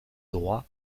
droit